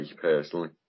personally